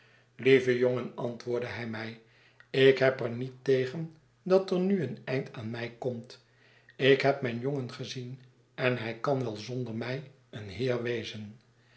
lie've jongen antwoordde hij mij ik heb er niet tegen dat er nu een eind aan mij komt ik heb mijn jongen gezien en hij kan wel zonder mij een heerwezen